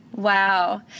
Wow